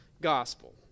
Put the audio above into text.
Gospel